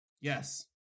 Yes